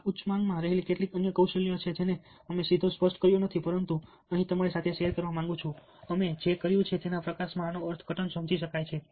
આ ઉચ્ચ માંગમાં રહેલી કેટલીક અન્ય કૌશલ્યો છે જેને અમે સીધો સ્પર્શ કર્યો નથી પરંતુ હું અહીં તમારી સાથે શેર કરવા માંગુ છું કે અમે જે કર્યું છે તેના પ્રકાશમાં આનો અર્થઘટન સમજી શકાય છે